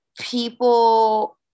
people